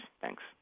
Thanks